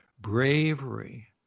bravery